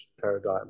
paradigm